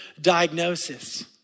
diagnosis